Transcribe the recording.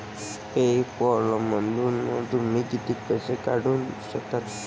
पे पॅलमधून तुम्ही किती पैसे पाठवू शकता?